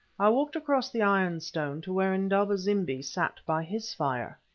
i walked across the iron-stone, to where indaba-zimbi sat by his fire.